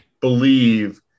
believe